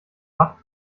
macht